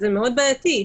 זה מאוד בעייתי.